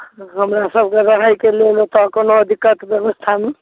हमरा सबके रहैके लेल ओतऽ कोनो दिक्कत ब्यबस्थामे